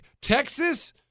Texas